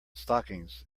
stockings